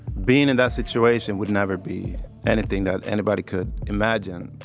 being in that situation would never be anything that anybody could imagine,